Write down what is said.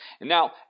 Now